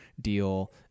deal